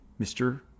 Mr